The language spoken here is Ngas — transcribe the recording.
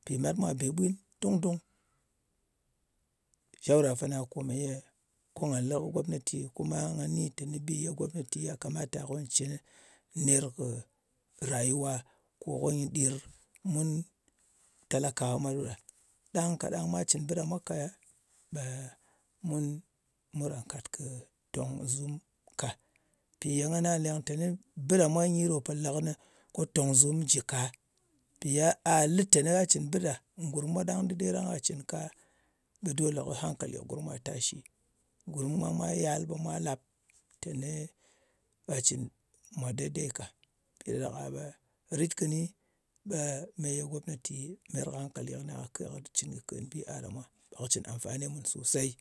Mpì mat mwa bē ɓwin dung-dung. Shawra fana kòmèye ko nga lɨ kɨ gomnati, kuma nga ni teni bi ye gomnati ya kamata ko nyɨ cɨn ner kɨ ràyuwa kò ko nyɨ ɗir mun talakawa mwa ɗo ɗa. Ɗang kaɗang mwa cɨn bɨ ɗa mwa ka, ɓe mun karan kàt tòng zum ka. Mpì ye ngana leng teni bɨ ɗa mwa nyi ɗò pò lē kɨnɨ ko tòng zum jɨ ka. Mpì ye a lɨ teni a cɨn bɨ ɗa ngurm mwa ɗang ɗɨder ɗang gha be gha cɨn ka, ɓe dole ko hankali kɨ gurm mwa yà tashi. Gurm mwa mwā yal ɓe mwa lap teni gha cɨn mwa dey-dey ka. Mpì ɗa ɗak-a ɓe rit kɨni, ɓe me ye gomnati meyer kɨ hankali kɨni kake kɨ cɨn kɨ kèn bi a ɗa mwa, ɓe kɨ cɨn amfani mùn sòsey.